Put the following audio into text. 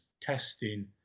testing